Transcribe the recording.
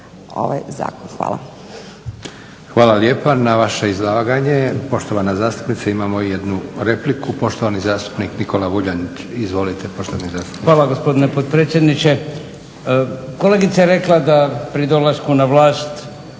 ovaj zakon. Hvala.